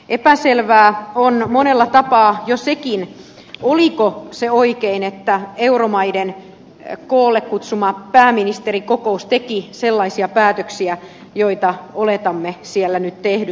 epäselvää on monella tapaa jo sekin oliko se oikein että euromaiden koolle kutsuma pääministerikokous teki sellaisia päätöksiä joita oletamme siellä nyt tehdyn